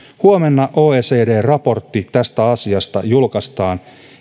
huomenna julkaistaan oecdn raportti tästä asiasta